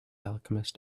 alchemist